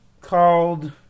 called